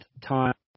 time